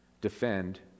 defend